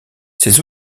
ces